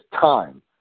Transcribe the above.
time